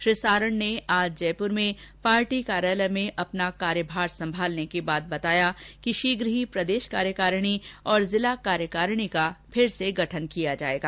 श्री सारण ने आज जयपुर में पार्टी कार्यालय में अपना कार्यभार संभालने के बाद बताया कि शीघ्र ही प्रदेश कार्यकारिणी और जिला कार्यकारिणी का फिर से गठन किया जायेगा